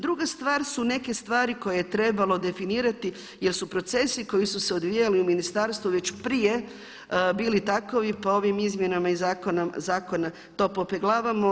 Druga stvar su neke stvari koje je trebalo definirati jel su procesi koji su se odvijali u ministarstvu već prije bili takovi pa ovim izmjenama i zakona to popeglavamo.